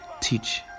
teach